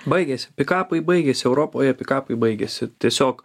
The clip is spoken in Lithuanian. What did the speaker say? baigėsi pikapai baigėsi europoje pikapai baigėsi tiesiog